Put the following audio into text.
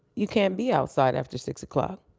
you can't be outside after six o'clock.